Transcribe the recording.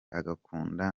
agakunda